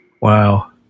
Wow